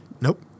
Nope